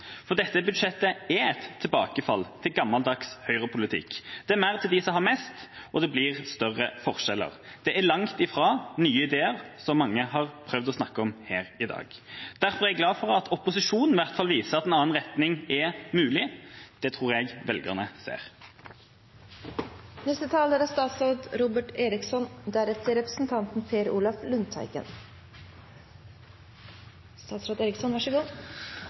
For dette budsjettet er et tilbakefall til gammeldags høyrepolitikk. Det er mer til dem som har mest, og det blir større forskjeller. Det er langt ifra nye ideer, som mange har prøvd å snakke om her i dag. Derfor er jeg glad for at opposisjonen i hvert fall viser at en annen retning er mulig. Det tror jeg velgerne ser. La meg starte med representanten